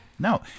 No